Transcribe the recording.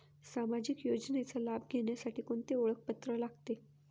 सामाजिक योजनेचा लाभ घेण्यासाठी कोणते ओळखपत्र लागते?